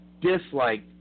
dislike